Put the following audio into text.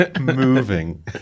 Moving